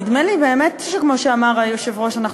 נדמה לי באמת שכמו שאמר היושב-ראש אנחנו